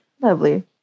Lovely